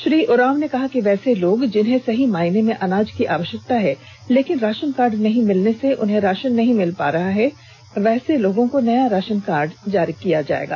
श्री उरांव ने कहा है कि वैसे लोग जिन्हें सही मायने में अनाज की आवष्यकता है लेकिन राषन कार्ड नहीं मिलने से उन्हें राषन नहीं मिल पा रहा है ऐसे लोगों को नया राषन कार्ड दिया जाएगा